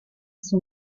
son